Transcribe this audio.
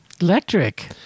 Electric